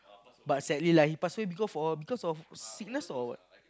but sadly lah he past away because of because of sickness or